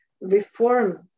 reform